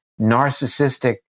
narcissistic